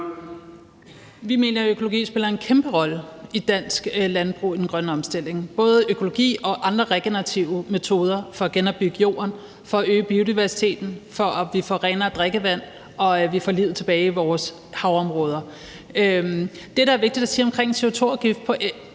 Vi mener, økologi spiller en kæmpe rolle i dansk landbrug og den grønne omstilling, både økologi og andre regenerative metoder, for at genopbygge jorden, for at øge biodiversiteten, for at vi får renere drikkevand og at vi får livet tilbage i vores havområder. Det, der er vigtigt at sige omkring CO2-afgift på